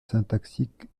syntaxique